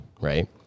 right